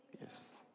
Yes